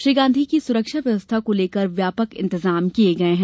श्री गांधी की सुरक्षा व्यवस्था को लेकर व्यापक इंतजाम किये गये हैं